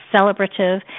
celebrative